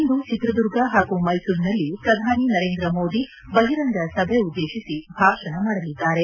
ಇಂದು ಚಿತ್ರದುರ್ಗ ಹಾಗೂ ಮೈಸೂರಿನಲ್ಲಿ ಪ್ರಧಾನಿ ನರೇಂದ್ರ ಮೊದಿ ಅವರು ಬಾರಿ ಬಹಿರಂಗ ಸಭೆ ಉದ್ದೇಶಿಸಿ ಭಾಷಣ ಮಾಡಲಿದ್ದಾರೆ